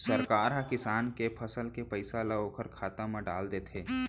सरकार ह किसान के फसल के पइसा ल ओखर खाता म डाल देथे